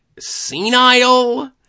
senile